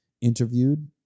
interviewed